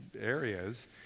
areas